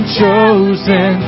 chosen